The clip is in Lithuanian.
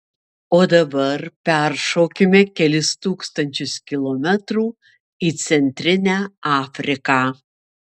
o dabar peršokime kelis tūkstančius kilometrų į centrinę afriką